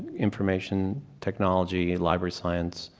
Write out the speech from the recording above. information technology, library science.